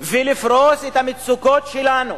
ולפרוס את המצוקות שלנו.